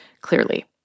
clearly